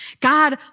God